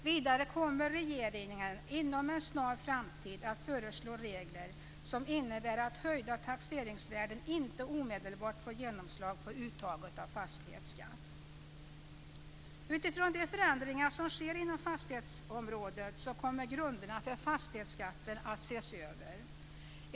Vidare kommer regeringen inom en snar framtid att föreslå regler som innebär att höjda taxeringsvärden inte omedelbart får genomslag på uttaget av fastighetsskatt. Utifrån de förändringar som sker inom fastighetsområdet kommer grunderna för fastighetsskatten att ses över.